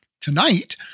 Tonight